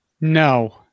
No